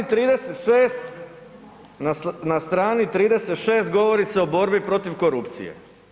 E, na strani 36 govori se o borbi protiv korupcije.